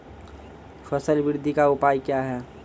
फसल बृद्धि का उपाय क्या हैं?